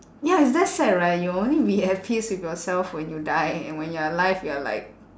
ya it's that sad right you'll only be at peace with yourself when you die and when you're alive you're like